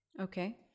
Okay